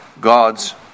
God's